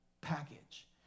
package